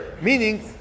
meaning